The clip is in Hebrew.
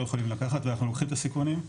יכולים לקחת ואנחנו לוקחים את הסיכונים,